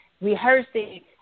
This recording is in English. rehearsing